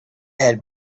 had